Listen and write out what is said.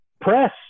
press